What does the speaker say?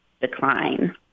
decline